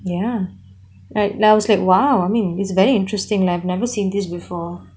ya like I like !wow! I mean is very interesting I've never seen this before